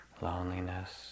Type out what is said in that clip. loneliness